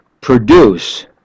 produce